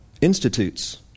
Institutes